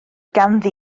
ganddi